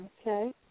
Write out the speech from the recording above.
Okay